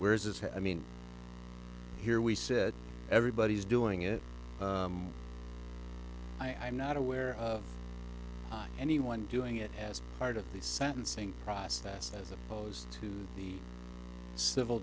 where is is how i mean here we said everybody is doing it i'm not aware of anyone doing it as part of the sentencing process as opposed to the civil